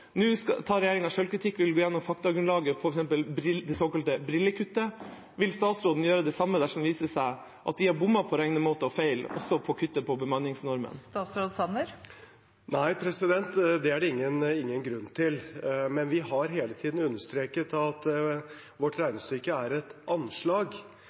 Nå tar regjeringa selvkritikk og vil gå igjennom faktagrunnlaget for f.eks. det såkalte brillekuttet. Vil statsråden gjøre det samme dersom det viser seg at de har bommet på regnemåte og tar feil også når det gjelder å kutte i bemanningsnormen? Nei, det er det ingen grunn til. Vi har hele tiden understreket at vårt regnestykke er et anslag,